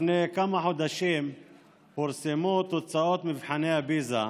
לפני כמה חודשים פורסמו התוצאות של מבחני פיז"ה,